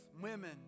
women